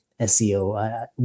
SEO